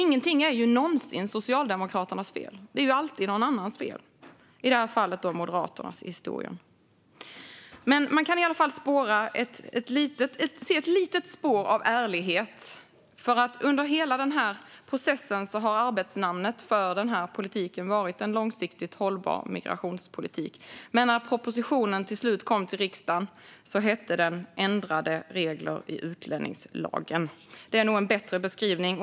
Ingenting är någonsin Socialdemokraternas fel. Det är alltid någon annans fel, i det här fallet Moderaternas. Men man kan i alla fall se ett litet spår av ärlighet. Under hela den här processen har arbetsnamnet för denna politik varit E n långsiktigt hållbar migrationspolitik . Men när propositionen till slut kom till riksdagen hette den Ändrade regler i utlänningslagen . Det är nog en bättre beskrivning.